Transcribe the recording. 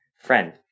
Friend